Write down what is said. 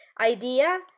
idea